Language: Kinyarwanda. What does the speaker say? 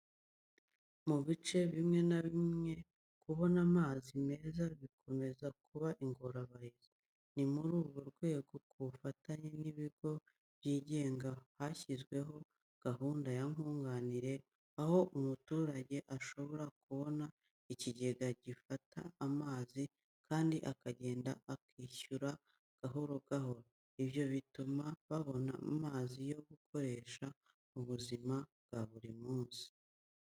Mu bice bimwe na bimwe, kubona amazi meza bikomeza kuba ingorabahizi. Ni muri urwo rwego kubufatanye n'ibigo by'igenga hashyizweho gahunda ya nkunganire, aho umuturage ashobora kubona ikigega gifata amazi, kandi akagenda akishyura gahoro gahoro. Ibyo bituma babona amazi yo gukoresha mu buzima bwa buri munsi.